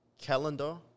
calendar